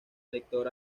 lector